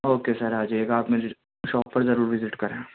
okay sir آ جائیے گا آپ میری شاپ پر ضرور وزٹ کریں